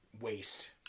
Waste